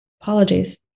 Apologies